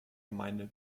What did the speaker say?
gemeinde